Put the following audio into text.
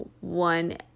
one